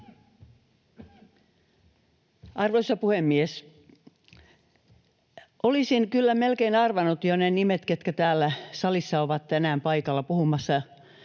Arvoisa puhemies! Olisin kyllä melkein jo arvannut ne nimet, ketkä täällä salissa ovat tänään paikalla puhumassa